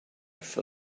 for